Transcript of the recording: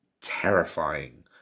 terrifying